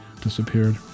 Disappeared